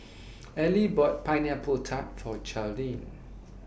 Ellie bought Pineapple Tart For Charlene